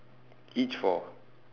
each four